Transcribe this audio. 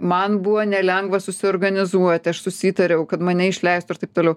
man buvo nelengva susiorganizuoti aš susitariau kad mane išleistų ir taip toliau